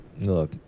Look